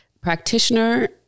practitioner